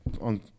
on